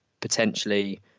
potentially